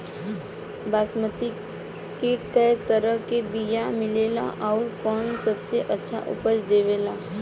बासमती के कै तरह के बीया मिलेला आउर कौन सबसे अच्छा उपज देवेला?